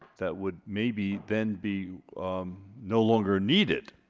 that would maybe then be no longer needed